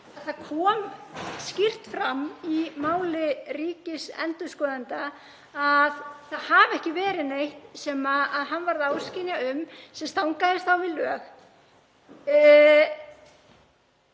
það kom skýrt fram í máli ríkisendurskoðanda að það hafi ekki verið neitt sem hann varð áskynja um að stangaðist á við lög.